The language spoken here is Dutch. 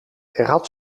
had